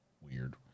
weird